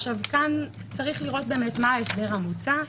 כאן צריך לראות באמת מה ההסדר המוצע,